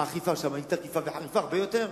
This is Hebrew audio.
האכיפה שם היא תקיפה וחריפה הרבה יותר.